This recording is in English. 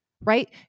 right